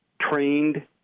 trained